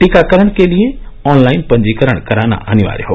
टीकाकरण के लिये ऑनलाइन पंजीकरण कराना अनिवार्य है